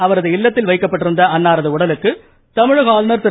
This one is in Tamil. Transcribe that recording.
அவரது இல்லத்தில் வைக்கப்பட்டிருந்த அன்னாரது உடலுக்கு தமிழக ஆளுநர் திரு